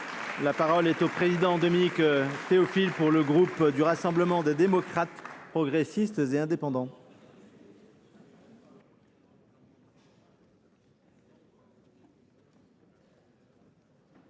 La parole est à M. Dominique Théophile, pour le groupe Rassemblement des démocrates, progressistes et indépendants.